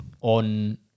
on